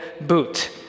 Boot